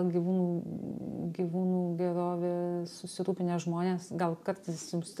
gyvūnų gyvūnų gerove susirūpinę žmonės gal kartais jums